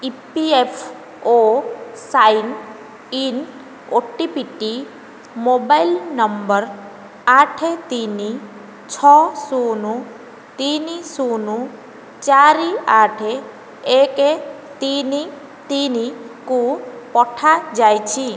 E P F O sign in ଓଟିପିଟି mobile number ଆଠ ତିନି ଛଅ ଶୂନ ତିନି ଶୂନ ଚାରି ଆଠ ଏକ ତିନି ତିନିକୁ ପଠାଯାଇଛି